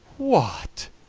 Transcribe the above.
what!